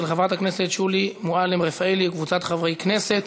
של חברת הכנסת שולי מועלם-רפאלי וקבוצת חברי הכנסת.